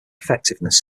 effectiveness